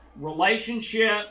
relationship